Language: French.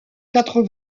quatre